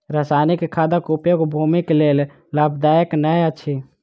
रासायनिक खादक उपयोग भूमिक लेल लाभदायक नै अछि